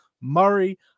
Murray